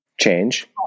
change